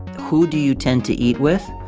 who do you tend to eat with?